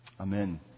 Amen